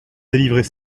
délivrer